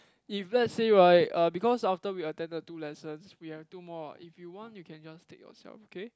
if let's say right uh because after we attend the two lessons we have two more what if you want you can just take yourself okay